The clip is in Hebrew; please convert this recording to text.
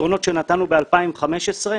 והפתרונות שנתנו ב-2015,